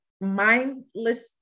Mindless